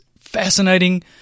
fascinating